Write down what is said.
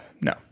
No